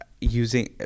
using